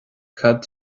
cad